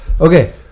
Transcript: Okay